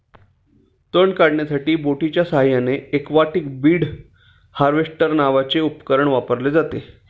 तण काढण्यासाठी बोटीच्या साहाय्याने एक्वाटिक वीड हार्वेस्टर नावाचे उपकरण वापरले जाते